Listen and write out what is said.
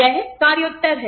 वह कार्योत्तर है